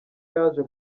yaje